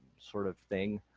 sort of thing.